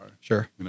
Sure